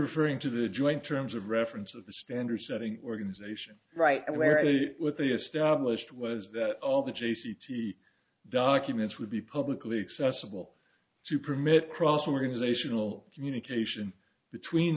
referring to the joint terms of reference of the standard setting organization right where it was the established was that all the j c t documents would be publicly accessible to permit cross organizational communication between